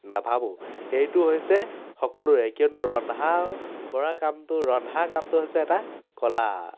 নাভাবোঁ এইটো হৈছে সকলোৰে কিয়নো ৰন্ধা বঢ়া কামটো ৰন্ধা কামটো হৈছে এটা কলা